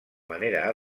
manera